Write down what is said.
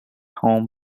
home